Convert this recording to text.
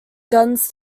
guns